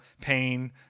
pain